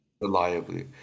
reliably